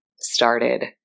started